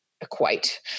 equate